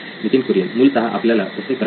नितीन कुरियन मूलतः आपल्याला तसे करावयाचे नाही